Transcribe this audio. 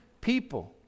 people